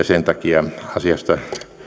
sen takia asiasta